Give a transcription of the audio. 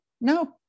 No